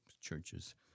churches